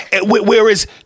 Whereas